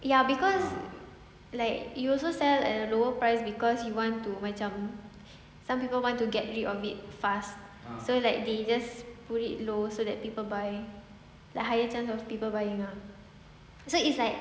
ya cause like you also sell at a lower price cause you want to macam some people want to get rid of it fast so like they just put it low so that people buy the higher chance of people buying ah so it's like